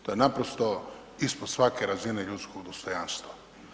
To je naprosto ispod svake razine ljudskog dostojanstva.